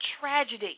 tragedy